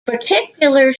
particular